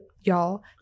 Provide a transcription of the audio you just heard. y'all